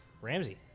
Ramsey